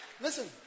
Listen